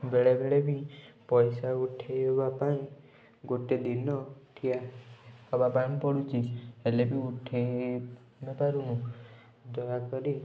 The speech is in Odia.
ବେଳେବେଳେ ବି ପଇସା ଉଠେଇବା ପାଇଁ ଗୋଟେ ଦିନ ଠିଆ ହବା ପାଇଁ ପଡ଼ୁଛି ହେଲେ ବି ଉଠେଇ ତ ପାରୁନୁ ଦୟାକରି